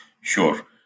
Sure